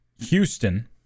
Houston